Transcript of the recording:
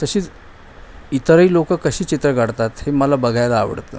तशीच इतरही लोकं कशी चित्रं काढतात हे मला बघायला आवडतं